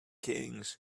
kings